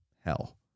hell